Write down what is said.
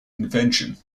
invention